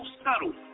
subtle